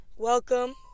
welcome